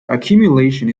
accumulation